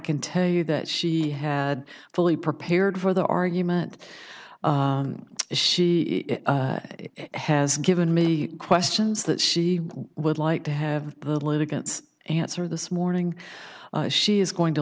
can tell you that she had fully prepared for the argument she has given me questions that she would like to have the litigants answer this morning she is going to